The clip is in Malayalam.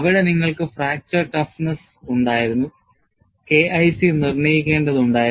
അവിടെ നിങ്ങൾക്ക് ഫ്രാക്ചർ ടഫ്നെസ്സ് ഉണ്ടായിരുന്നു KIC നിർണയിക്കേണ്ടതുണ്ടായിരുന്നു